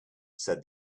said